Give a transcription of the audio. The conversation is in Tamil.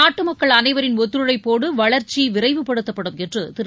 நாட்டு மக்கள் அனைவரின் ஒத்துழைப்போடு வளர்ச்சி விரைவுபடுத்தப்படும் என்று திரு